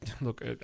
look